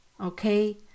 okay